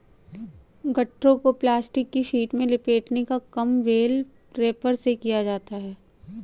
गट्ठरों को प्लास्टिक की शीट में लपेटने का काम बेल रैपर से किया जाता है